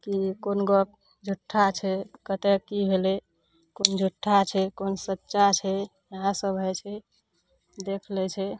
की कोन गऽप झुट्ठा छै कतए की भेलै कोन झुट्ठा छै कोन सच्चा छै इहए सब होइ छै देख लै छै